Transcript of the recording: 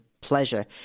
pleasure